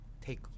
take